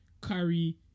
Curry